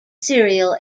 serial